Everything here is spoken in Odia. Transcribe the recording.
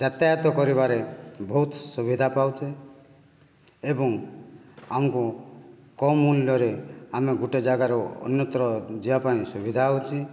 ଯାତାୟତ କରିବାରେ ବହୁତ ସୁବିଧା ପାଉଛେ ଏବଂ ଆମକୁ କମ ମୂଲ୍ୟରେ ଆମେ ଗୋଟିଏ ଜାଗାରୁ ଅନ୍ୟତ୍ର ଯିବା ପାଇଁ ସୁବିଧା ହେଉଛି